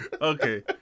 Okay